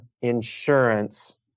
insurance